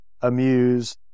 amuse